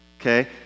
okay